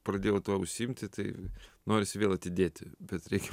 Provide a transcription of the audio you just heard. pradėjau tuo užsiimti tai norisi vėl atidėti bet reikia